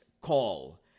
call